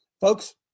Folks